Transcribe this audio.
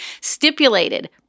stipulated –